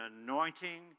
anointing